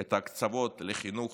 את ההקצבות לחינוך,